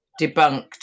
debunked